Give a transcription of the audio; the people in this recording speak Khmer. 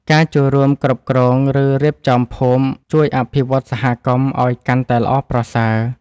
ការចូលរួមគ្រប់គ្រង ឬរៀបចំភូមិជួយអភិវឌ្ឍសហគមន៍ឲ្យកាន់តែល្អប្រសើរ។